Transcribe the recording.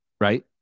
right